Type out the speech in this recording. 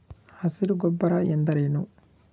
ಹಸಿರು ಗೊಬ್ಬರ ಎಂದರೇನು?